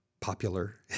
popular